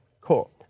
cool